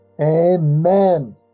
Amen